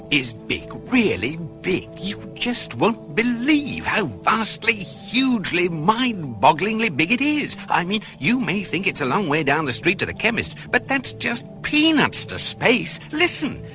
is big, really big. you just won't believe how vastly, hugely, mind-bogglingly big is. i mean, you may think it's a long way down the street to the chemist but that's just peanuts to space. listen.